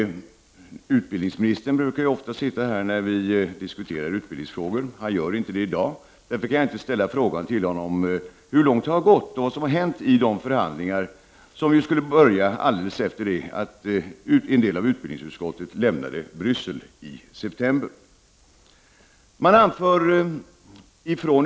Utbildningsministern brukar ofta sitta här när vi diskuterar utbildningsfrågor, men han gör det inte i dag. Därför kan jag inte ställa frågan till honom hur långt det har gått och vad som har hänt i de förhandlingar som skulle börja alldeles efter det att en del av utbildningsutskottet lämnade Bryssel i september.